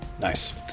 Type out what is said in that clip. Nice